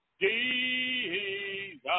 Jesus